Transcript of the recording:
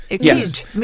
Yes